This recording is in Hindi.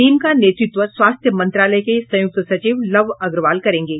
टीम का नेतृत्व स्वास्थ्य मंत्रालय के संयुक्त सचिव लव अग्रवाल करेंगे